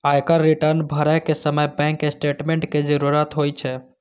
आयकर रिटर्न भरै के समय बैंक स्टेटमेंटक जरूरत होइ छै